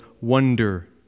wonder